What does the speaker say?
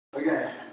Okay